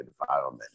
environment